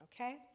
Okay